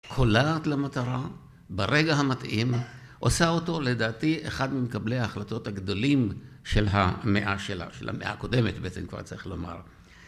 קולעת למטרה ברגע המתאים, עושה אותו לדעתי אחד ממקבלי ההחלטות הגדולים של המאה שלה, של המאה הקודמת בעצם כבר צריך לומר.